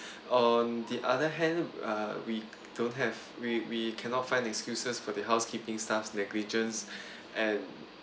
on the other hand uh we don't have we we cannot find excuses for the housekeeping staff's negligence and